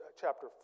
chapter